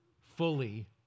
fully